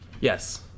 Yes